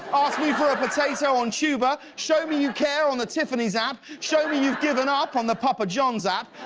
me for a potato on tuber, show me you care on the tiffany's app, show me you've given up on the papa john's app,